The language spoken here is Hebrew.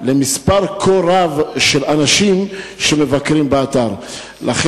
למספר כה רב של אנשים שמבקרים באתר לזמן כל כך קצר.